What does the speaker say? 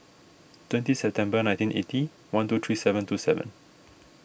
twenty September nineteen eighty one two three seven two seven